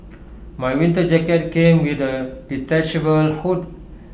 my winter jacket came with A detachable hood